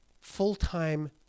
full-time